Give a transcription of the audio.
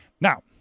now